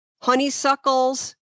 honeysuckles